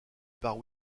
par